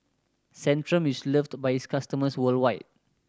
Centrum is loved by its customers worldwide